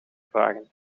vragen